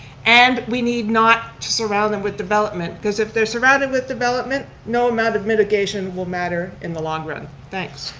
and we need not surround them with development cause if they're surrounded with development, no amount of mitigation will matter in the long run. thanks.